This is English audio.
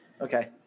Okay